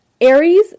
Aries